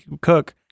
cook